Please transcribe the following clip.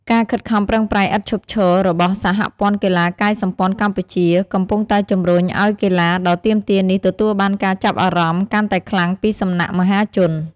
ការខិតខំប្រឹងប្រែងឥតឈប់ឈររបស់ សហព័ន្ធកីឡាកាយសម្ព័ន្ធកម្ពុជា កំពុងតែជំរុញឱ្យកីឡាដ៏ទាមទារនេះទទួលបានការចាប់អារម្មណ៍កាន់តែខ្លាំងពីសំណាក់មហាជន។